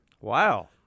Wow